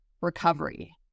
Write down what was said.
recovery